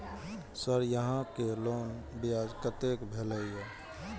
Sir यहां के loan ब्याज कतेक भेलेय?